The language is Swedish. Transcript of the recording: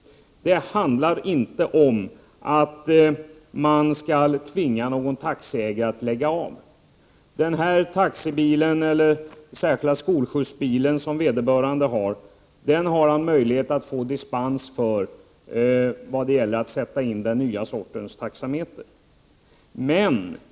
Det handlar inte om att tvinga någon taxiägare att lägga av. För den taxibil eller särskilda bil för skolskjuts som vederbörande har kan han få dispens vad gäller kravet att sätta in den nya sortens taxameter.